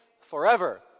forever